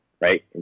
right